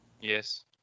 Yes